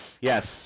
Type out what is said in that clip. Yes